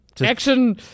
action